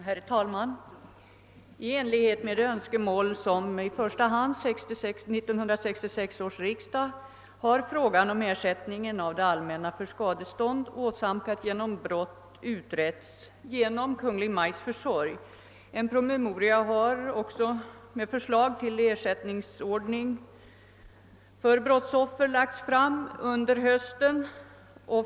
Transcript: Herr talman! I enlighet med de öns kemål — som i första hand 1966 års riksdag framlagt — har frågan om er sättningen av det allmänna för skadestånd, åsamkat genom brott, utretts genom Kungl. Maj:ts försorg. En promemoria har också lagts fram under hösten, med förslag till ersättningsordning för brottsoffer.